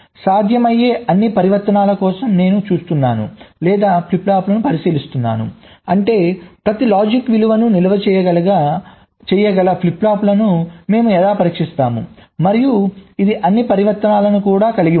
సాధ్యమయ్యే అన్ని పరివర్తనాల కోసం నేను చూస్తున్నాను లేదా ఫ్లిప్ ఫ్లాప్ను పరీక్షిస్తున్నాను అంటే ప్రతి లాజిక్ విలువను నిల్వ చేయగల ఫ్లిప్ ఫ్లాప్ను మేము ఎలా పరీక్షిస్తాము మరియు ఇది అన్ని పరివర్తనాలను కూడా కలిగి ఉంటుంది